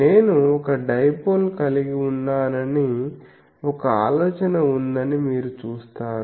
నేను ఒక డైపోల్ కలిగి ఉన్నానని ఒక ఆలోచన ఉందని మీరు చూస్తారు